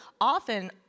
often